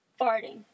Farting